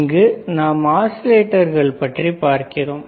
இங்கு நாம் ஆஸிலேட்டர்கள் பற்றி பார்க்கிறோம்